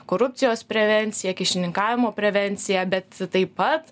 korupcijos prevencija kyšininkavimo prevencija bet taip pat